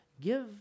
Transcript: give